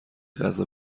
غذا